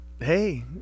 Hey